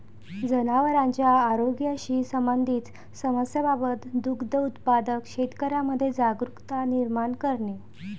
जनावरांच्या आरोग्याशी संबंधित समस्यांबाबत दुग्ध उत्पादक शेतकऱ्यांमध्ये जागरुकता निर्माण करणे